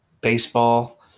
baseball